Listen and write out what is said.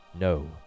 no